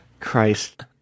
Christ